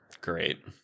great